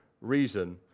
reason